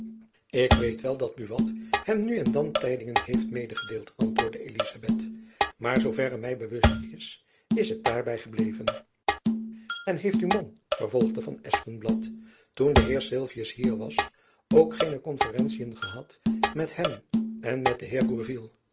ik weet wel dat buat hem nu en dan tijdingen heeft medegedeeld antwoordde elizabeth maar zoo verre my bewust is is het daarby gebleven en heeft uw man vervolgde van espenblad toen de heer sylvius hier was ook geene konferentiën gehad met hem en met den